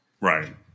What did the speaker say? Right